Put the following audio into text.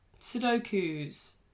Sudoku's